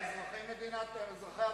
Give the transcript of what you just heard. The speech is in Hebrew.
הם אזרחי ארצות-הברית.